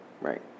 right